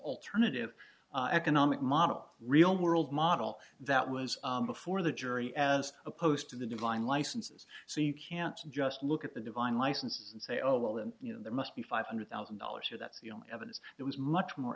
alternative economic model real world model that was before the jury as opposed to the divine licenses so you can't just look at the divine license and say oh well then you know there must be five hundred thousand dollars of that evidence it was much more